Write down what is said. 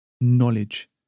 Knowledge